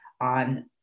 on